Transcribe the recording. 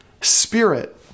spirit